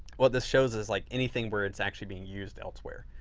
what this shows is like anything where it's actually being used elsewhere.